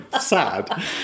sad